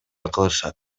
кылышат